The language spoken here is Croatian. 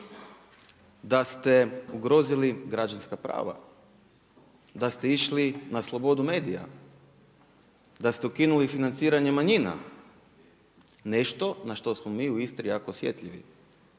da ste ugrozili građanska prava, da ste išli na slobodu medija, da ste ukinuli financiranje manjina nešto na što smo mi u Istri jako osjetljivi.